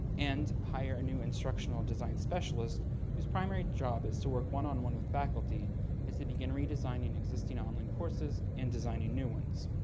and hire a new instructional design specialist, whose primary job is to work one on one with faculty as they begin redesigning existing online courses and designing new ones.